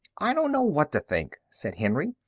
i don't know what to think, said henry.